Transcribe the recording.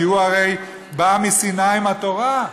כי הוא הרי בא מסיני עם התורה,